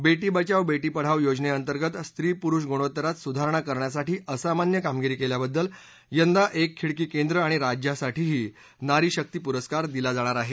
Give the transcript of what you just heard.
बेटी बचाव बेटी पढाव योजनेअंतर्गत स्त्री पुरुष गुणोत्तरात सुधारणा करण्यासाठी असामान्य कामगिरी केल्याबद्दल यंदा एक खिडकी केंद्र आणि राज्यासाठीही नारी शक्ती पुरस्कार दिला जाणार आहे